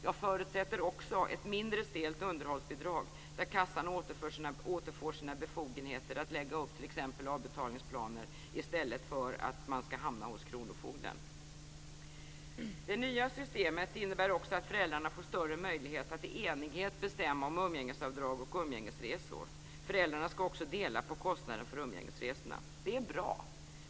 Jag förutsätter vidare att vi får ett mindre stelt underhållsbidrag där kassan återfår sina befogenheter att t.ex. lägga upp avbetalningsplaner i stället för att man skall hamna hos kronofogden. Det nya systemet innebär också att föräldrarna får större möjlighet att i enighet bestämma om umgängesavdrag och umgängesresor. Föräldrarna skall också dela på kostnaden för umgängesresorna. Det är bra.